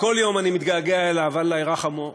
וכל יום אני מתגעגע אליו, אללה ירחמו,